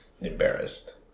embarrassed